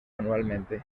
anualmente